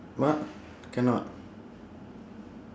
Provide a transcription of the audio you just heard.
what cannot